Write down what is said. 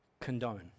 condone